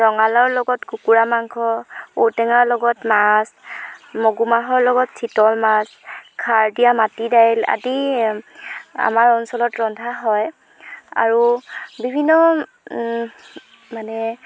ৰঙালাওৰ লগত কুকুৰা মাংস ঔটেঙাৰ লগত মাছ মগুমাহৰ লগত চিতল মাছ খাৰ দিয়া মাটি দাইল আদি আমাৰ অঞ্চলত ৰন্ধা হয় আৰু বিভিন্ন মানে